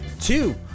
two-